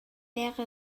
wäre